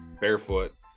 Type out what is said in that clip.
barefoot